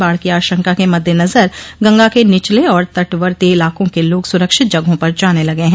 बाढ़ की आशंका के मददेनजर गंगा क निचले और तटवर्ती इलाकों के लोग सूरक्षित जगहों पर जाने लगे हैं